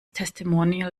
testimonial